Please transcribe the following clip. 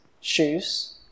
shoes